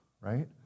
Right